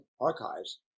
archives